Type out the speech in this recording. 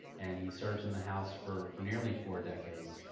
and he serves in the house for for nearly four decades.